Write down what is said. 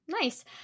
Nice